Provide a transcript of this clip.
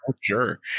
Sure